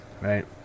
right